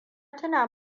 tuna